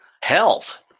health